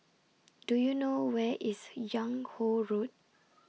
Do YOU know Where IS Yung Ho Road